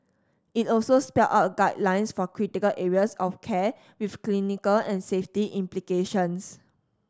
it also spelled out guidelines for critical areas of care with clinical and safety implications